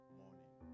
morning